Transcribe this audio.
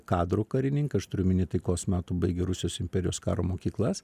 kadrų karininkai aš turiu omeny taikos metu baigę rusijos imperijos karo mokyklas